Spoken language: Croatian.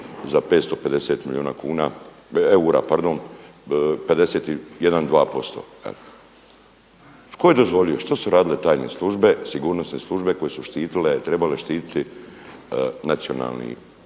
za 550 milijuna eura 51, 2%. Tko je dozvolio? Što su radile tajne službe, sigurnosne službe koje su štitile, trebale štititi nacionalni